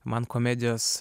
man komedijos